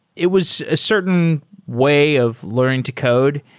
it was a certain way of learning to code,